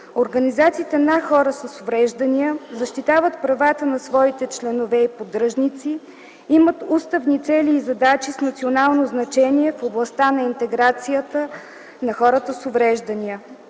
Организациите на хора с увреждания защитават правата на своите членове и поддръжници, имат уставни цели и задачи с национално значение в областта на интеграцията на хората с увреждания.